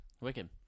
wicked